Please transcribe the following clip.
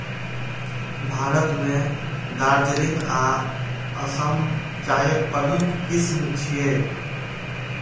भारत मे दार्जिलिंग आ असम चायक प्रमुख किस्म छियै